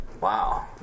Wow